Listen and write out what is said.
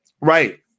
Right